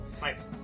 Nice